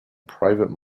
private